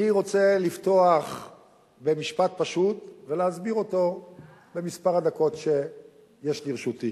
אני רוצה לפתוח במשפט פשוט ולהסביר אותו במספר הדקות שיש לרשותי.